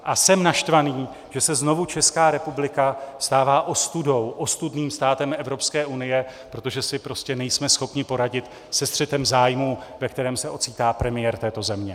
A jsem naštvaný, že se znovu Česká republika stává ostudou, ostudným státem Evropské unie, protože si prostě nejsme schopni poradit se střetem zájmů, ve kterém se ocitá premiér této země.